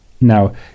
Now